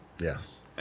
yes